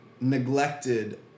neglected